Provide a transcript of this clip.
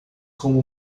como